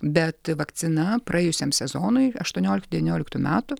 bet vakcina praėjusiam sezonui aštuonioliktų devynioliktų metų